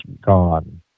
gone